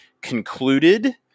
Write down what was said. concluded